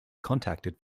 contacted